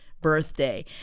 birthday